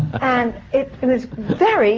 and it it was very